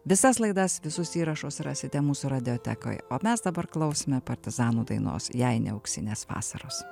visas laidas visus įrašus rasite mūsų radijotekoj o mes dabar klausome partizanų dainos jei ne auksinės vasaros